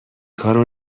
کارو